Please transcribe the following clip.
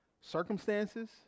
Circumstances